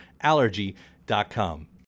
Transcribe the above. Allergy.com